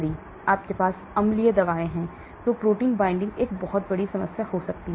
यदि आपके पास अम्लीय दवाएं हैं तो protein binding एक बड़ी समस्या हो सकती है